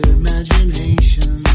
imagination